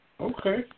Okay